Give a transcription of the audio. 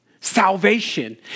salvation